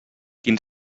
quin